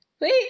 wait